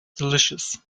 delicious